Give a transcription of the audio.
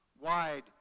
wide